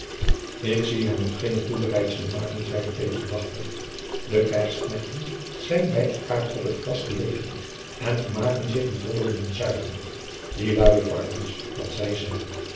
ik zie hen nog geene toebereidselen maken zeide peter de wachter de krijgsknechten zijn bij elkaêr op het gras gelegen en vermaken zich met dobbelen en zuipen die luie varkens dat zij zijn